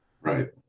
Right